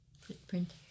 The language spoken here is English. Footprint